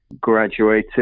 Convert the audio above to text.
graduated